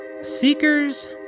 Seekers